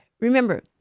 remember